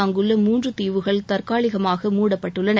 அங்குள்ள மூன்று தீவுகள் தற்காலிகமாக மூடப்பட்டுள்ளன